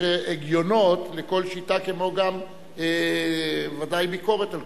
יש הגיונות לכל שיטה, כמו גם בוודאי ביקורת על